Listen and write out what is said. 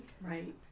Right